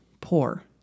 poor